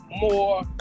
more